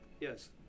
Yes